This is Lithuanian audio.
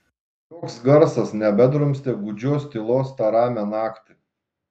joks garsas nebedrumstė gūdžios tylos tą ramią naktį